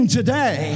today